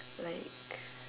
like